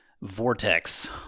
vortex